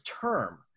term